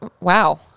wow